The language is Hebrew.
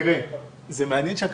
ואולי זה מופנה למשרד